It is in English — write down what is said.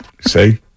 Say